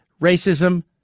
racism